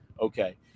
Okay